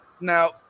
now